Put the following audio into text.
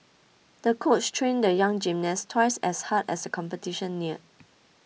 the coach trained the young gymnast twice as hard as the competition neared